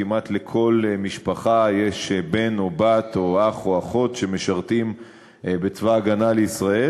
כמעט לכל משפחה יש בן או בת או אח או אחות שמשרתים בצבא ההגנה לישראל,